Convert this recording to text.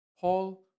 Paul